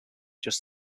just